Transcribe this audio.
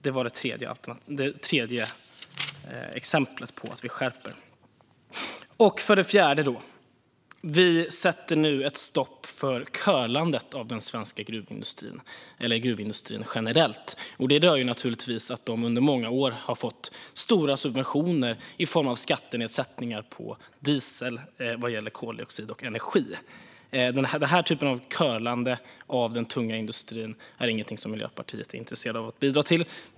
Det var det tredje exemplet på skärpningar. För det fjärde sätter vi nu stopp för curlandet av gruvindustrin. Den har under många år fått stora subventioner vad gäller koldioxid och energi i form av skattenedsättningar på diesel. Den typen av curlande av den tunga industrin är Miljöpartiet inte intresserat av att bidra till.